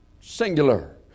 Singular